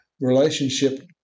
relationship